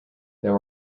there